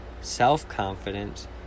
self-confidence